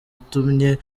itumye